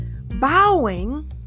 bowing